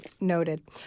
Noted